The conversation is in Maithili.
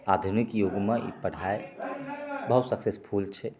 आधुनिक जुगमे ई पढ़ाइ बहुत सक्सेसफुल छै